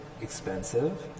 expensive